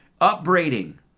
upbraiding